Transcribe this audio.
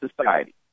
society